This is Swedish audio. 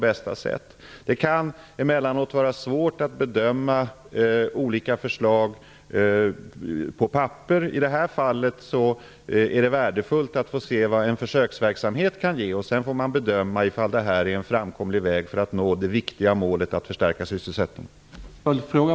Emellanåt kan det vara svårt att bedöma olika förslag på papper. I det här fallet är det värdefullt att se vad en försöksverksamhet kan ge. Sedan får man bedöma om detta är en framkomlig väg för att nå det viktiga målet att förstärka sysselsättningen.